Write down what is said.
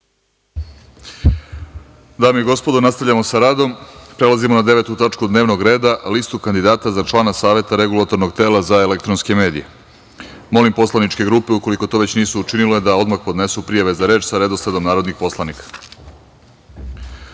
Dame i gospodo, nastavljamo sa radom. Prelazimo na 9. tačku dnevnog reda – Lista kandidata za člana Saveta regulatornog tela za elektronske medije. Molim poslaničke grupe, ukoliko to već nisu učinile, da odmah podnesu prijave za reč sa redosledom narodnih poslanika. Shodno